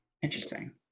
Interesting